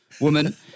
woman